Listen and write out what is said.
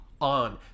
on